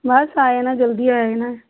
ਬਸ ਆ ਜਾਣਾ ਜਲਦੀ ਆ ਜਾਣਾ